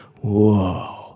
Whoa